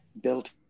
built